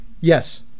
yes